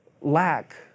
lack